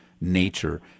nature